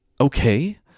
Okay